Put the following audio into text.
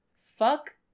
fuck